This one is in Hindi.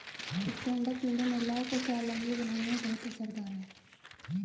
स्टैण्ड अप इंडिया महिलाओं को स्वावलम्बी बनाने में बहुत असरदार है